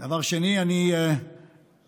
דבר שני, אני מקווה,